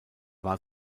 war